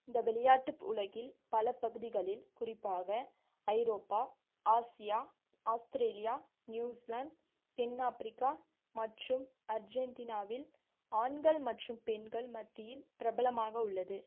இந்த விளையாட்டுப் உலகில் பல பகுதிகளில் குறிப்பாக ஐரோப்பா ஆசியா ஆஸ்திரேலியா நியூஸ்லாந்து தென்னாப்பிரிக்கா மற்றும் அர்ஜென்டினாவில் ஆண்கள் மற்றும் பெண்கள் மத்தியில் பிரபலமாக உள்ளது